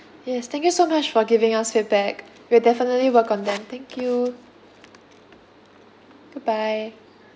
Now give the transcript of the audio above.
yes thank you so much for giving us feedback we'll definitely work on them thank you goodbye